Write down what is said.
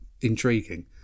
intriguing